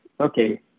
okay